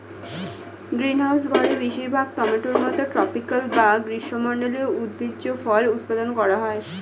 greenhouse ঘরে বেশিরভাগ টমেটোর মতো ট্রপিকাল বা গ্রীষ্মমন্ডলীয় উদ্ভিজ্জ ফল উৎপাদন করা হয়